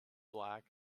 black